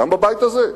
גם בבית הזה,